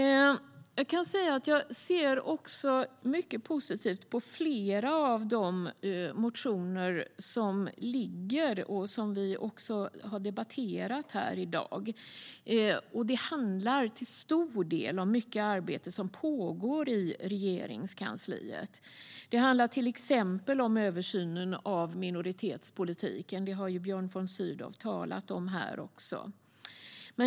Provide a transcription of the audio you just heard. Jag ser positivt på flera av de motioner som har väckts och som vi har debatterat i dag. De handlar till stor del om arbete som pågår i Regeringskansliet. De handlar till exempel om översynen av minoritetspolitiken. Det har Björn von Sydow talat om.